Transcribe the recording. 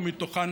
ומתוכן,